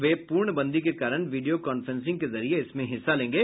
वे पूर्णबंदी के कारण वीडियो कांफ्रेंसिंग के जरिये इसमें हिस्सा लेंगे